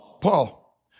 Paul